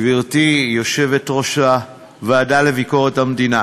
גברתי יושבת-ראש הוועדה לביקורת המדינה,